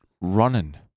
running